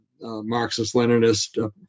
Marxist-Leninist